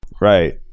Right